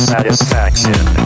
Satisfaction